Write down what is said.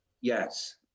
Yes